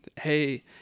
Hey